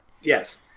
yes